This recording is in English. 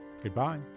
Goodbye